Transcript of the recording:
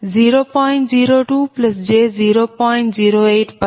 uZ20